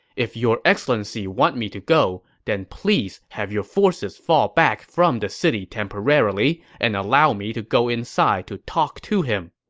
if your excellency want me to go, then please have your forces fall back from the city temporarily and allow me to go inside to talk to him.